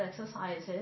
exercises